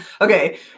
Okay